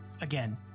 Again